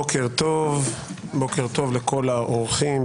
בוקר טוב לכל האורחים,